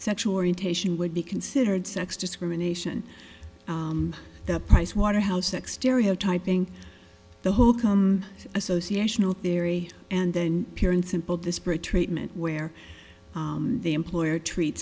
sexual orientation would be considered sex discrimination the pricewaterhouse exterior typing the whole come association with their e and then pure and simple disparate treatment where the employer treat